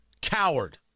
coward